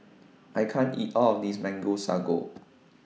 I can't eat All of This Mango Sago